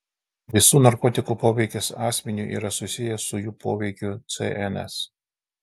visų narkotikų poveikis asmeniui yra susijęs su jų poveikiu cns